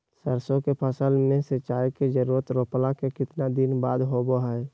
सरसों के फसल में सिंचाई के जरूरत रोपला के कितना दिन बाद होबो हय?